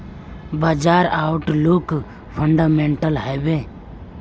बाजार outlook fundamental हैवै?